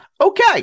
okay